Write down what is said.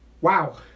Wow